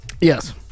Yes